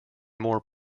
more